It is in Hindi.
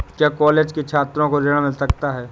क्या कॉलेज के छात्रो को ऋण मिल सकता है?